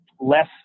less